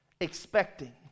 expecting